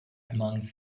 among